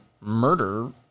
murder